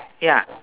ya